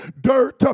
dirt